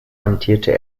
amtierte